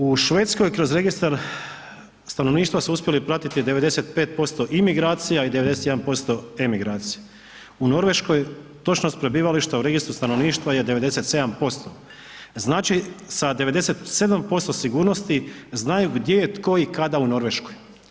U Švedskoj kroz registar stanovništva su uspjeli pratiti 95% imigracija i 91% emigracija, u Norveškoj točnost prebivališta u registru stanovništva je 97%, znači sa 97% sigurnosti znaju gdje je tko i kada u Norveškoj.